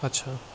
अच्छा